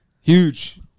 huge